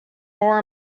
more